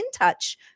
InTouch